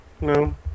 no